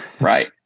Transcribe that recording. Right